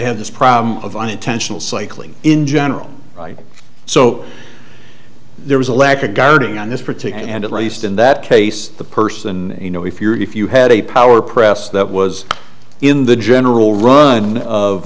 have this problem of unintentional cycling in general so there was a lack of guarding on this particular and at least in that case the person you know if you're if you had a power press that was in the general run of